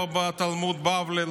לא בתלמוד בבלי,